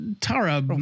Tara